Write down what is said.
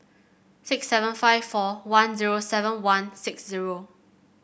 six seven five four one zero seven one six zero